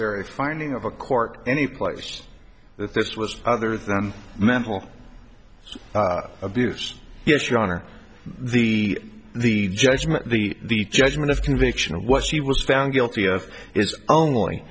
very finding of a court anyplace that this was other than mental abuse yes your honor the the judgment the judgment of conviction of what she was found guilty of is only